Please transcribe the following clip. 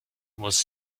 was